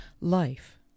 Life